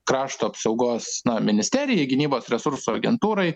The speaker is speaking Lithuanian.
krašto apsaugos ministerijai gynybos resursų agentūrai